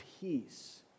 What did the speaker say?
peace